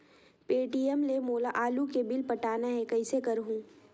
Paytm ले मोला आलू के बिल पटाना हे, कइसे करहुँ?